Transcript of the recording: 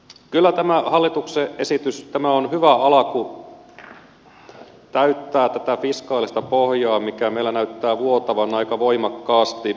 kyllä tämä hallituksen esitys on hyvä alku täyttää tätä fiskaalista pohjaa mikä meillä näyttää vuotavan aika voimakkaasti